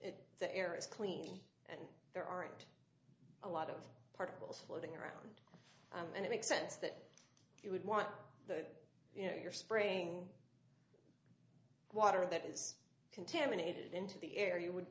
it the air is clean and there aren't a lot of purples floating around and it makes sense that you would want that you know you're spraying water that is contaminated into the air you would